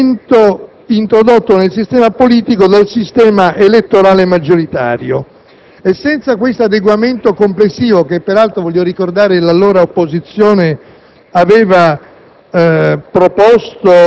derivanti dal mutamento introdotto nel sistema politico dal sistema elettorale maggioritario. Infatti, senza un adeguamento complessivo - che peraltro, voglio ricordare, nella passata